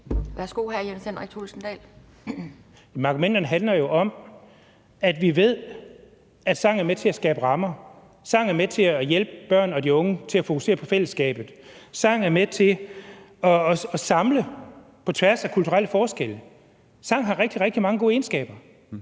Kl. 10:11 Jens Henrik Thulesen Dahl (DF): Jamen argumenterne handler jo om, at vi ved, at sang er med til at skabe rammer; sang er med til at hjælpe børn og unge til at fokusere på fællesskabet; sang er med til at samle på tværs af kulturelle forskelle; sang har rigtig, rigtig mange gode egenskaber.